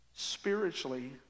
spiritually